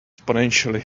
exponentially